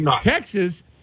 Texas